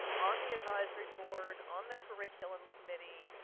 on the advisory board, on the curriculum committee,